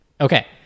Okay